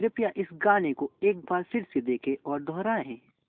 कृपया इस गाने को एक बार फ़िर से देखें और दोहराएँ